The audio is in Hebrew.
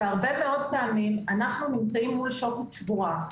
והרבה מאוד פעמים אנו מול שוקת שבורה.